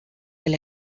del